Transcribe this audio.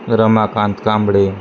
Ramakant Kamble